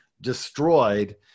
destroyed